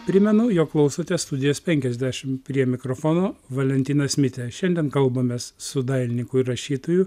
primenu jog klausote studijos penkiasdešim prie mikrofono valentinas mitė šiandien kalbamės su dailininku ir rašytoju